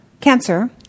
cancer